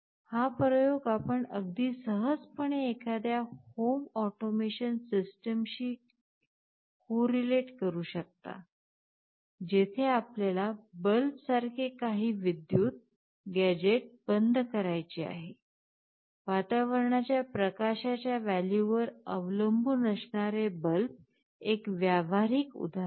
हा प्रयोग आपण अगदी सहजपणे एखाद्या होम ऑटोमेशन सिस्टमशी कोरीलेट करू शकता जेथे आपल्याला बल्बसारखे काही विद्युत गॅझेट बंद करायचे आहे वातावरणाच्या प्रकाशाच्या व्हॅल्यू वर अवलंबून असणारे बल्ब एक व्यावहारिक उदाहरण आहे